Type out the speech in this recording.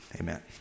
Amen